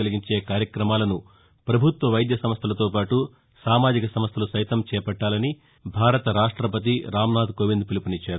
కలిగించే కార్యక్రమాలను వభుత్వ వైద్య నంన్దలతో పాటు సామాజిక నంన్దలు సైతం చేవట్టాలని భారత రాష్టవతి రాంనాథ్ కోవింద్ పిలుపునిచ్చారు